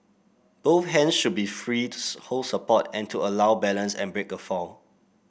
both hands should be free hold support and to allow balance and break a fall